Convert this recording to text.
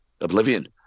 oblivion